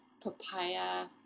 Papaya